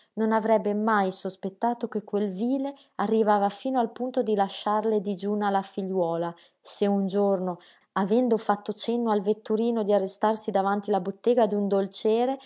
non avrebbe mai sospettato che quel vile arrivava fino al punto di lasciarle digiuna la figliuola se un giorno avendo fatto cenno al vetturino di arrestarsi davanti la bottega d'un dolciere